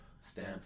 Stamp